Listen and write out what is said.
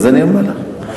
אז אני אומר לך.